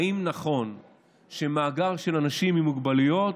האם נכון שיהיה מאגר של אנשים עם מוגבלויות?